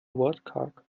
wortkarg